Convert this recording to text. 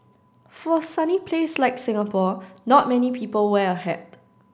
for a sunny place like Singapore not many people wear a hat